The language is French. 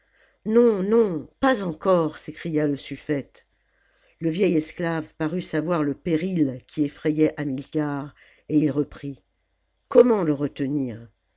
non non pas encore s'écria le suffete le vieil esclave parut savoir le péril qui effrayait hamilcar et il reprit comment le retenir